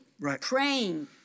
praying